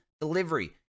Delivery